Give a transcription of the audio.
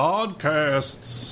Podcasts